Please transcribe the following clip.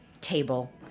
table